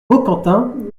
baucantin